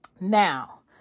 Now